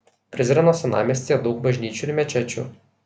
prizreno senamiestyje daug bažnyčių ir mečečių